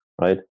right